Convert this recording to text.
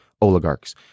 oligarchs